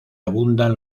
abundan